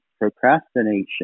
procrastination